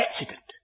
accident